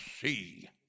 see